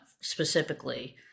specifically